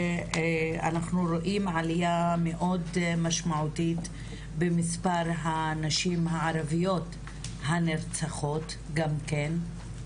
אנחנו רואים עליה מאוד משמעותית במספר הנשים הערביות הנרצחות גם כן,